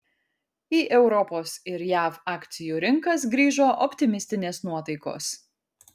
į europos ir jav akcijų rinkas grįžo optimistinės nuotaikos